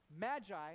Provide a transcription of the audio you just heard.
Magi